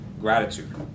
gratitude